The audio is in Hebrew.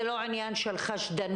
זה לא עניין של חשדנות,